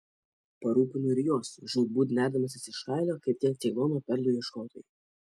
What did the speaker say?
parūpinu ir juos žūtbūt nerdamasis iš kailio kaip tie ceilono perlų ieškotojai